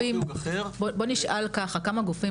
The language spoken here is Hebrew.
בוא נשאל ככה, כמה גופים